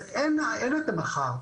אז אין את המחר.